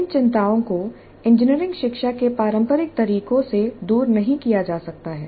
इन चिंताओं को इंजीनियरिंग शिक्षा के पारंपरिक तरीकों से दूर नहीं किया जा सकता है